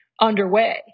underway